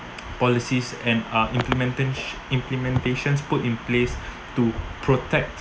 policies and uh implement~ implementations put in place to protect